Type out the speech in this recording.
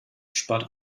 spart